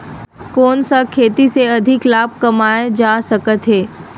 कोन सा खेती से अधिक लाभ कमाय जा सकत हे?